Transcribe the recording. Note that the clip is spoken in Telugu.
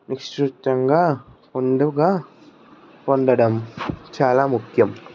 విస్తృతంగా నిండుగా పొందడం చాలా ముఖ్యం